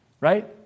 Right